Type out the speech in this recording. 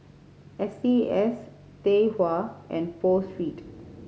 S C S Tai Hua and Pho Street